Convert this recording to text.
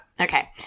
Okay